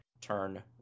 turn